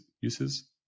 uses